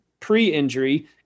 pre-injury